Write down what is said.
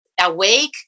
awake